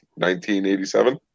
1987